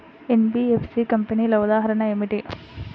NBFC కంపెనీల ఉదాహరణ ఏమిటి?